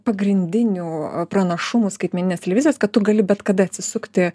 pagrindinių pranašumų skaitmeninės televizijos kad tu gali bet kada atsisukti